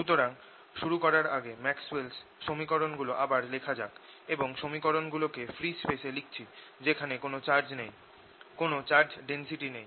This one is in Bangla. সুতরাং শুরু করার আগে ম্যাক্সওয়েলের সমীকরণ গুলো আবার লেখা যাক এবং সমীকরণ গুলো কে ফ্রি স্পেসে লিখছি যেখানে কোন চার্জ নেই কোন চার্জ ডেন্সিটি নেই